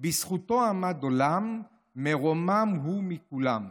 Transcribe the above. // בזכותו עמד עולם / מרומם הוא מכולם.